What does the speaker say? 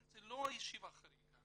לכן זו לא ישיבה חריגה.